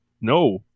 No